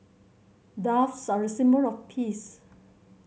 doves are a symbol of peace